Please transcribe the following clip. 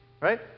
right